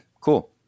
cool